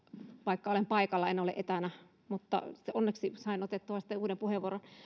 vaikka olen paikalla en ole etänä mutta onneksi sain otettua sitten uuden puheenvuoron